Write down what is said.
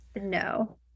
No